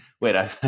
wait